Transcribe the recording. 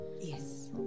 Yes